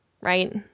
Right